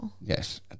Yes